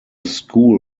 school